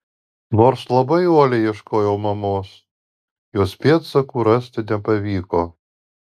nors labai uoliai ieškojau mamos jos pėdsakų rasti nepavyko